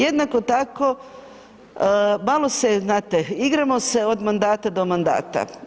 Jednako tako, malo se znate, igramo se od mandata do mandata.